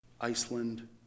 Iceland